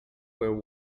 where